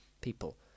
people